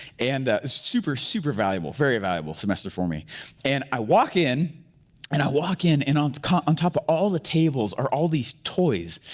and super super valuable, very valuable semester for me and i walk in and i walk in and um on top of all the tables, are all these toys.